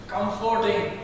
Comforting